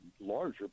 larger